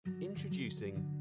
Introducing